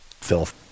filth